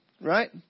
right